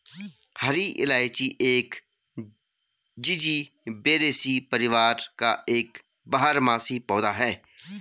हरी इलायची एक जिंजीबेरेसी परिवार का एक बारहमासी पौधा है